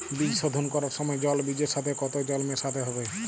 বীজ শোধন করার সময় জল বীজের সাথে কতো জল মেশাতে হবে?